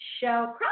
show